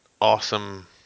awesome